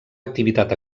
activitat